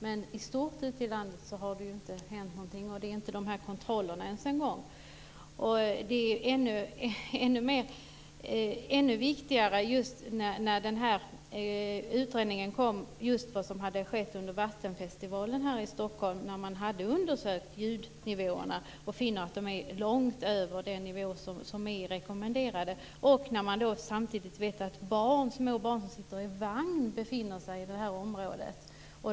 Men i stort ute i landet har det inte hänt någonting. Det sker inte ens några kontroller. Detta är ännu viktigare sett mot bakgrund av det som skett under Vattenfestivalen här i Stockholm. Där hade man undersökt ljudnivåerna och funnit att de var långt över den nivå som rekommenderades. Samtidigt vet man att små barn som sitter i vagn har befunnit sig i området.